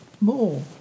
more